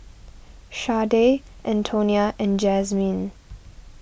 Shardae Antonia and Jazmyne